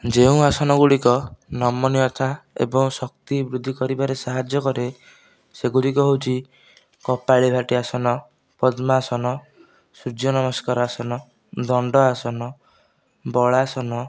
ଯେଉଁ ଆସନ ଗୁଡ଼ିକ ନମନୀୟତା ଏବଂ ଶକ୍ତି ବୃଦ୍ଧିକରିବାରେ ସାହାଯ୍ୟ କରେ ସେଗୁଡ଼ିକ ହେଉଛି କପାଳଭାତି ଆସନ ପଦ୍ମାସନ ସୂର୍ଯ୍ୟନମସ୍କାର ଆସନ ଦଣ୍ଡାସନ ବଳାସନ